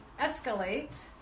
escalate